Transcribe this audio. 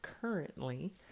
currently